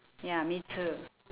ya me too